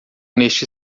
neste